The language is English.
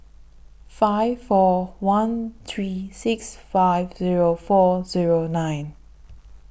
five four one three six five Zero four Zero nine